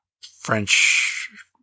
French